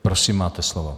Prosím, máte slovo.